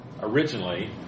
originally